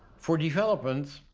for development,